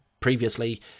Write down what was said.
previously